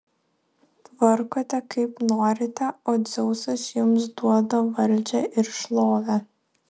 tvarkote kaip norite o dzeusas jums duoda valdžią ir šlovę